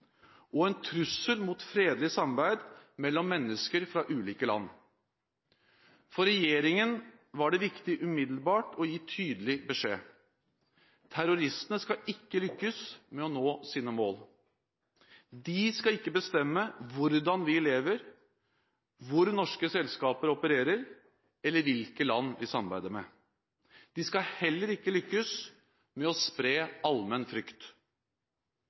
og en trussel mot fredelig samarbeid mellom mennesker fra ulike land. For regjeringen var det viktig umiddelbart å gi tydelig beskjed. Terroristene skal ikke lykkes med å nå sine mål. De skal ikke bestemme hvordan vi lever, hvor norske selskaper opererer, eller hvilke land vi samarbeider med. De skal heller ikke lykkes i å spre allmenn frykt.